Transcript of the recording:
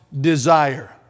desire